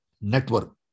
network